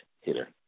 hitter